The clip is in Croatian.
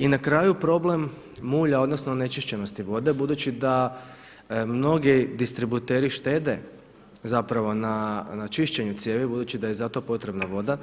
I na kraju problem mulja odnosno onečišćenosti vode, budući da mnogi distributeri štede zapravo na čišćenju cijevi budući da je za to potrebna voda,